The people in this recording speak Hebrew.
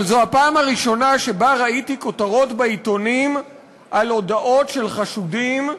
אבל זו הפעם הראשונה שראיתי כותרות בעיתונים על הודאות של חשודים,